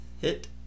hit